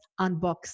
unbox